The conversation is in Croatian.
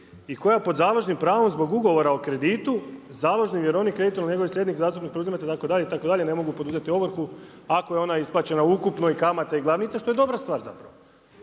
i koja pod založnim pravom zbog ugovora o kreditu, založni vjerovnik …/Govornik se ne razumije./… itd. ne mogu poduzeti ovrhu ako je ona isplaćena u ukupnoj kamati i glavnice, što je dobra stvar zapravo.